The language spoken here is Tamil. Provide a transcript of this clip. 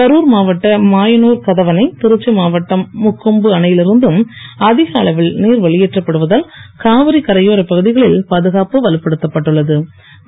க ருர் மாவட்ட மாயனூர் கதவணை திருச்சி மாவட்டம் முக்கொம்பு அணையில் இருந்தும் அதிக அளவில் நீர் வெளியேற்றப்படுவதால் காவிரி கரையோரப் பகுதிகளில் பாதுகாப்பு வலுப்படுத்தப்பட்டுள்ள து